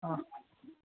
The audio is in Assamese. অঁ